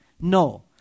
No